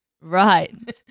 Right